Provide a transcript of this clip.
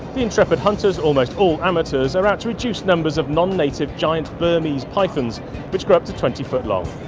the intrepid hunters almost all amateurs are out to reduce numbers of non-native giant burmese pythons which grow up to twenty ft long.